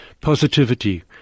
positivity